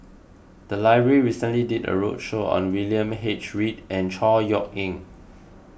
the library recently did a roadshow on William H Read and Chor Yeok Eng